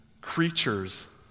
creatures